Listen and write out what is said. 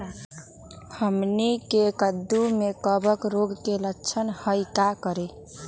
हमनी के कददु में कवक रोग के लक्षण हई का करी?